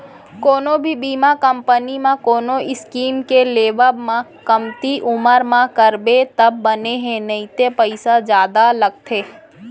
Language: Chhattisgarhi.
कोनो भी बीमा कंपनी म कोनो स्कीम के लेवब म कमती उमर म करबे तब बने हे नइते पइसा जादा लगथे